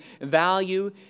value